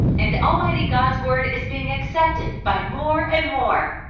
and almighty god's word is being accepted by more and more.